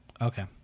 Okay